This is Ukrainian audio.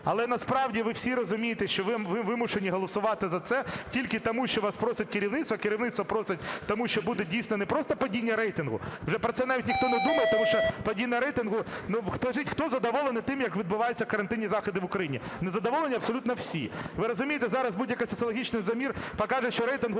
Але насправді ви всі розумієте, що ви вимушені голосувати за це тільки тому, що вас просить керівництво. Керівництво просить тому, що буде дійсно не просто падіння рейтингу, вже про це навіть ніхто не думає, тому що падіння рейтингу... Ну, скажіть, хто задоволений тим, як відбуваються карантині заходи в Україні? Не задоволені абсолютно всі. Ви розумієте, зараз будь-який соціологічний замір покаже, що рейтинг